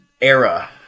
era